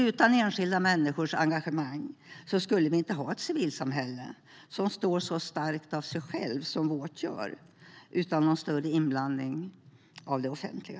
Utan enskilda människors engagemang skulle vi inte ha ett civilsamhälle som står så starkt av sig självt utan någon större inblandning av det offentliga.